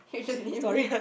you just name me